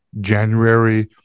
january